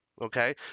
okay